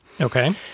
Okay